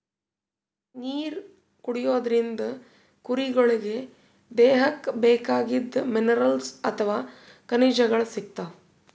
ನೀರ್ ಕುಡಿಯೋದ್ರಿಂದ್ ಕುರಿಗೊಳಿಗ್ ದೇಹಕ್ಕ್ ಬೇಕಾಗಿದ್ದ್ ಮಿನರಲ್ಸ್ ಅಥವಾ ಖನಿಜಗಳ್ ಸಿಗ್ತವ್